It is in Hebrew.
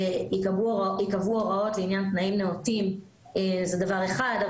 שייקבעו הוראות לעניין תנאים נאותים זה דבר אחד,